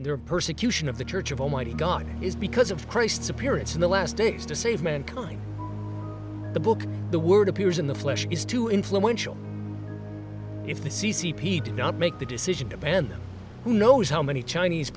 their persecution of the church of almighty god is because of christ's appearance in the last days to save mankind the book the word appears in the flesh is too influential if he did not make the decision to ban who knows how many chinese